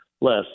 less